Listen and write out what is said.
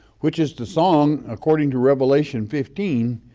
which is the song according to revelation fifteen,